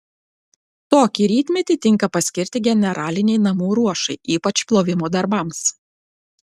tokį rytmetį tinka paskirti generalinei namų ruošai ypač plovimo darbams